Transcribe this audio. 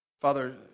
Father